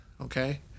okay